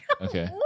Okay